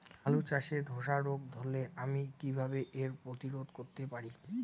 আলু চাষে ধসা রোগ ধরলে আমি কীভাবে এর প্রতিরোধ করতে পারি?